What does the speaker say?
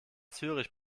zürich